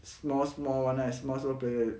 small small [one] right